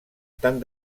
tan